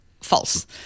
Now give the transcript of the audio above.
false